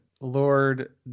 Lord